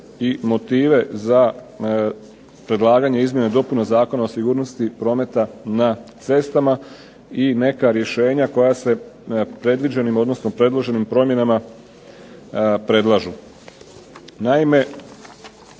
i motive za predlaganje izmjena i dopuna Zakona o sigurnosti prometa na cestama i neka rješenja koja se predviđenim, odnosno predloženim promjenama predlažu.